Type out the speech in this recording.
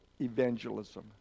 evangelism